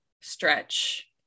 stretch